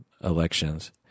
elections